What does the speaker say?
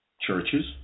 churches